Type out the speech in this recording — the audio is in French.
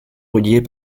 reliées